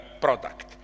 product